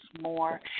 more